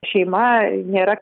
šeima nėra